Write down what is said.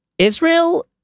Israel